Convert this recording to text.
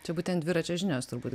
čia būtent dviračio žinios turbūt